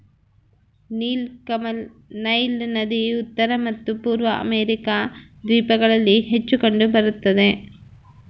ನೀಲಕಮಲ ನೈಲ್ ನದಿ ಉತ್ತರ ಮತ್ತು ಪೂರ್ವ ಅಮೆರಿಕಾ ದ್ವೀಪಗಳಲ್ಲಿ ಹೆಚ್ಚು ಕಂಡು ಬರುತ್ತದೆ